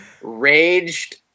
raged